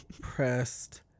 pressed